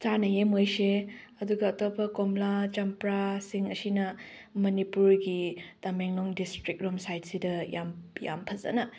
ꯆꯥꯟꯅꯩꯌꯦ ꯃꯣꯏꯁꯦ ꯑꯗꯨꯒ ꯑꯇꯣꯞꯄ ꯀꯣꯝꯂꯥ ꯆꯝꯄ꯭ꯔꯥꯁꯤꯡ ꯑꯁꯤꯅ ꯃꯅꯤꯄꯨꯔꯒꯤ ꯇꯥꯃꯦꯡꯂꯣꯡ ꯗꯤꯁꯇ꯭ꯔꯤꯛ ꯔꯣꯝ ꯁꯥꯏꯗꯁꯤꯗ ꯍꯦꯟꯅ ꯌꯥꯝ ꯌꯥꯝ ꯐꯖꯅ